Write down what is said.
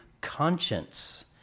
conscience